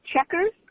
checkers